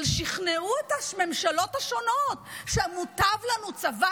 אבל שכנעו את הממשלות השונות שמוטב לנו צבא